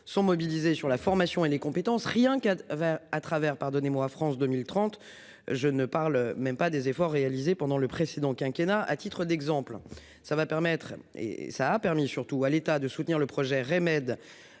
sont mobilisés sur la formation et les compétences rien qui va à travers pardonnez-moi. France 2030. Je ne parle même pas des efforts réalisés pendant le précédent quinquennat à titre d'exemple, ça va permettre et ça a permis surtout à l'état de soutenir le projet